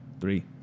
Three